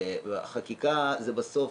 החקיקה זה בסוף,